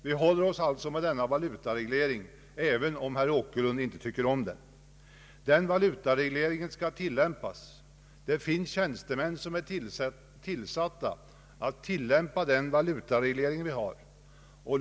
Vi har alltså denna valutareglering, även om herr Åkerlund inte tycker om den. Valutaregleringen skall tillämpas. Det finns tjänstemän som är tillsatta att tillämpa denna valutareglering.